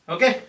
Okay